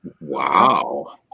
Wow